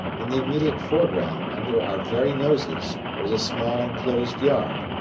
in the immediate foreground, under our very noses, was a small enclosed yard,